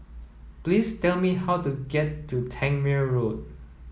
please tell me how to get to Tangmere Road